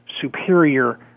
superior